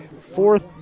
Fourth